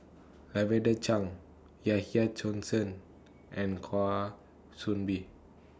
Lavender Chang Yahya Cohen and Kwa Soon Bee